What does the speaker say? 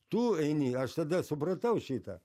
tu eini aš tada supratau šitą